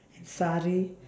sari